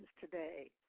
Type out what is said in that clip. today